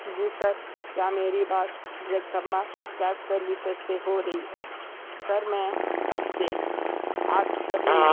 जी sir क्या मेरी बात जगदंबा कैब सर्विसेस से हो रही है सर मैं अभिशेक आज अभी